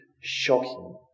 shocking